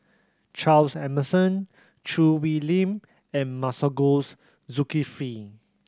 Charles Emmerson Choo Hwee Lim and Masagos Zulkifli